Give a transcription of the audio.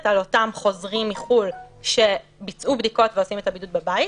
על אותם חוזרים מחו"ל שביצעו בדיקות ועושים את הבידוד בבית,